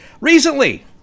Recently